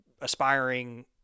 aspiring